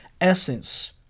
essence